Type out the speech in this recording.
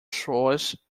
source